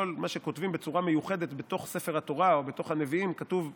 כל מה שכותבים בצורה מיוחדת בתוך ספר התורה או בתוך הנביאים כתוב שירה,